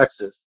Texas